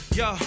yo